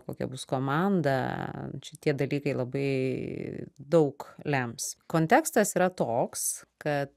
kokia bus komanda šitie dalykai labai daug lems kontekstas yra toks kad